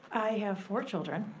have four children.